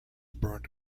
burnt